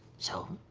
so.